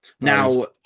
Now